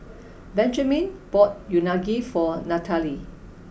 Benjiman bought Unagi for Nathaly